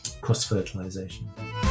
cross-fertilization